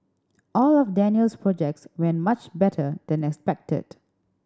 all of Daniel's projects went much better than expected